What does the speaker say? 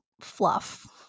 fluff